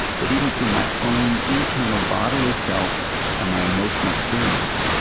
but even from my own internal bodily self and my emotional experience.